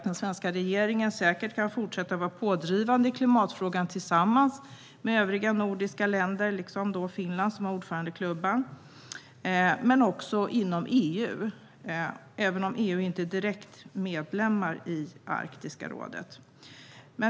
Den svenska regeringen kan säkert fortsätta att vara pådrivande i klimatfrågan tillsammans med övriga nordiska länder, liksom Finland, som har ordförandeklubban, men också inom EU, även om EU inte är direkt medlem i Arktiska rådet.